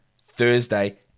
Thursday